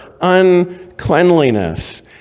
uncleanliness